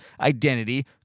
identity